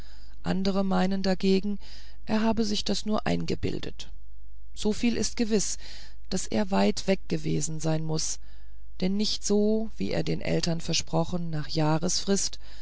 andere meinen dagegen er habe sich das nur eingebildet so viel ist gewiß daß er weit weg gewesen sein muß denn nicht so wie er den eltern versprochen nach jahresfrist